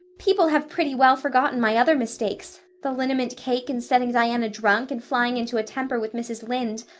people have pretty well forgotten my other mistakes the liniment cake and setting diana drunk and flying into a temper with mrs. lynde.